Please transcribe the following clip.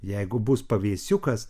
jeigu bus pavėsiukas